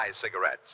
cigarettes